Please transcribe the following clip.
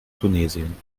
tunesien